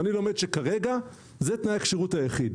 אני למד שכרגע זה תנאי הכשירות היחיד,